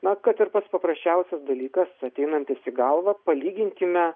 na kad ir pats paprasčiausias dalykas ateinantis į galvą palyginkime